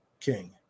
King